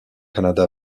canada